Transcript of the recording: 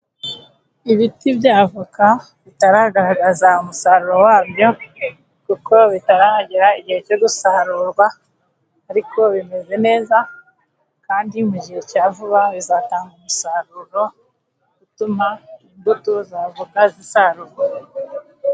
Ibiti by'avoka bitaragaragaza umusaruro wabyo, kuko bitaragera igihe cyo gusarurwa, ariko bimeze neza, kandi mu gihe cya vuba bizatanga umusaruro, utuma imbuto z'avoka zisarurwa.